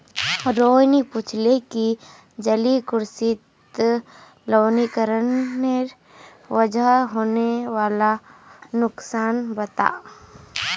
रोहिणी पूछले कि जलीय कृषित लवणीकरनेर वजह होने वाला नुकसानक बता